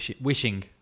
wishing